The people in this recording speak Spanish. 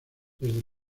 desde